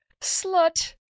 slut